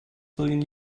billion